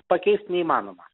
pakeist neįmanoma